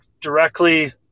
directly